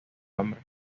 hombre